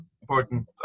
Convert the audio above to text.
important